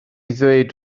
ddweud